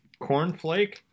cornflake